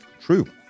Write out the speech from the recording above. true